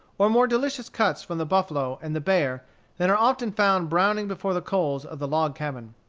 or more delicious cuts from the buffalo and the bear than are often found browning before the coals of the log cabin.